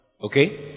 Okay